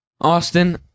austin